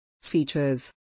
Features